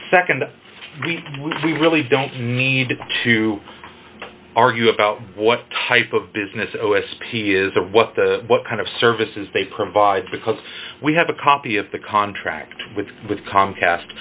second we really don't need to argue about what type of business zero s p is of what the what kind of services they provide because we have a copy of the contract with with comcast